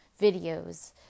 videos